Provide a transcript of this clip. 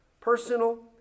personal